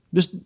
Dus